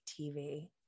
TV